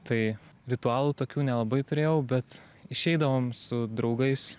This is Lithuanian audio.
tai ritualų tokių nelabai turėjau bet išeidavom su draugais